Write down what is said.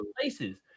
places